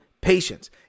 patience